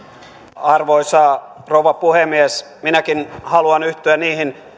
arvoisa rouva puhemies minäkin haluan yhtyä niihin